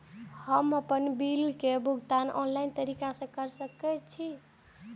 हम आपन बिल के भुगतान ऑनलाइन तरीका से कर सके छी?